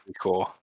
cool